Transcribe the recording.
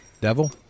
Devil